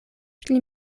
pli